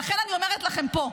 לכן אני אומרת לכם פה: